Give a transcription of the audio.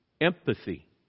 Empathy